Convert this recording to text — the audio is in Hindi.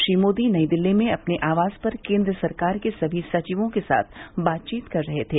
श्री मोदी नई दिल्ली में अपने आवास पर केन्द्र सरकार के सभी सचिवें के साथ बातचीत कर रहे थे